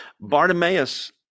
Bartimaeus